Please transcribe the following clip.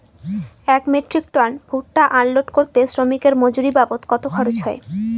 এক metric ton ভুট্টা unload করতে শ্রমিকের মজুরি বাবদ কত খরচ হয়?